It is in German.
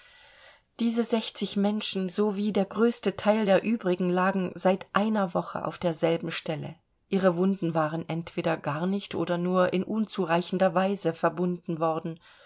diese sechzig menschen so wie der größte teil der übrigen lagen seit einer woche auf derselben stelle ihre wunden waren entweder gar nicht oder nur in unzureichender weise verbunden worden